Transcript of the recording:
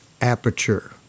aperture